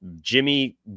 Jimmy